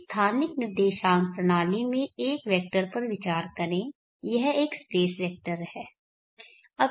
इस स्थानिक निर्देशांक प्रणाली में एक वेक्टर पर विचार करें यह एक स्पेस वेक्टर है